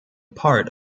part